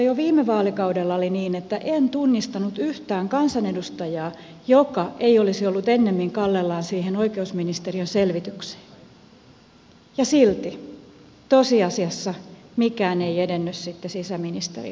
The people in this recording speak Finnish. jo viime vaalikaudella oli niin että en tunnistanut yhtään kansanedustajaa joka ei olisi ollut ennemmin kallellaan siihen oikeusministeriön selvitykseen ja silti tosiasiassa mikään ei edennyt sitten sisäministeriössä